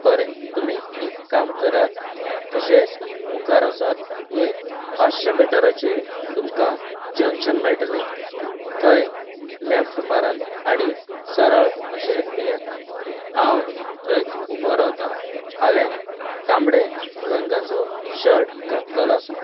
बरें तुमी एक काम करात तशेच मुखार वचात एक पांचशे मिटराचेर तुमकां जंक्शन मेळटले थंय लेफ्ट मारात सरळ अशे येयात हांव थंयच उबो रावता हांवें तांबड्या रंगाचो शर्ट घातिल्लो आसा